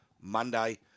Monday